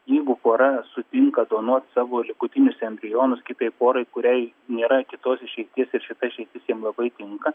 jeigu pora sutinka donuot savo likutinius embrionus kitai porai kuriai nėra kitos išeities ir šita išeitis jiem labai tinka